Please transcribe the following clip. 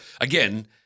again